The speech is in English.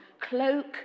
cloak